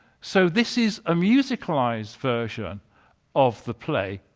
so this is a musicalized version of the play.